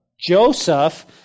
Joseph